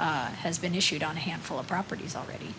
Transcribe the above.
has been issued on a handful of properties already